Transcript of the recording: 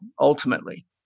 Ultimately